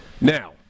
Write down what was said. Now